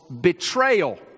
betrayal